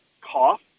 cough